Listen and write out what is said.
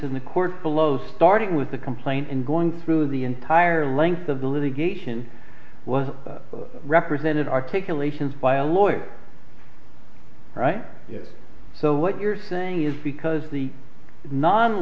in the court below starting with the complaint and going through the entire length of the litigation was represented articulations by a lawyer all right so what you're saying is because the non